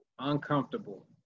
uncomfortable